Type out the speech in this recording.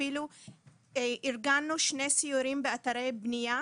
אפילו ארגנו שני סיורים באתרי בנייה